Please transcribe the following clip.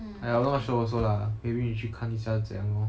I not sure also lah maybe 你去看一下是怎样 lor